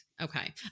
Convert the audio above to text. Okay